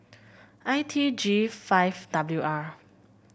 I T G five W R